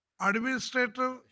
Administrator